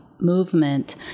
movement